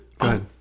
good